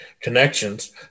Connections